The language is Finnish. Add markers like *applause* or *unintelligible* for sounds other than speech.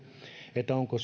onko *unintelligible*